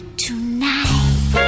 tonight